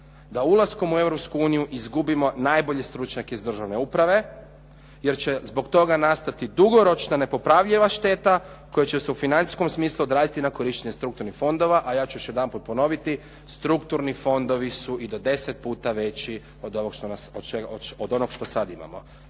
u Europsku uniju izgubimo najbolje stručnjake iz državne uprave jer će zbog toga nastati dugoročna nepopravljiva šteta koja će se u financijskom smislu odraziti na korištenje strukturnih fondova, a ja ću još jedanput ponoviti, strukturni fondovi su i do 10 puta veći od onog što sad imamo.